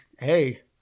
Hey